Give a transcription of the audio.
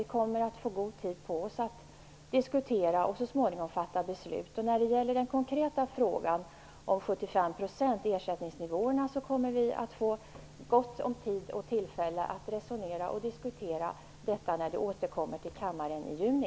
Vi kommer att få god tid på oss att diskutera och så småningom fatta beslut. Den konkreta frågan om en ersättningsnivå på 75 % kommer vi att få gott om tid och tillfällen att resonera när den återkommer till kammaren i juni.